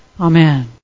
Amen